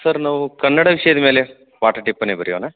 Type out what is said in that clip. sir ನಾವು ಕನ್ನಡ ವಿಷಯದ ಮೇಲೆ ಪಾಠ ಟಿಪ್ಪಣಿ ಬರಿಯೋಣ